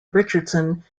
richardson